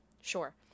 Sure